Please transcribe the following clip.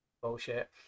bullshit